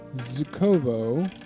Zukovo